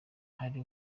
hari